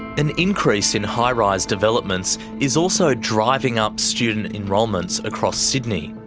an increase in high rise developments is also driving up student enrolments across sydney.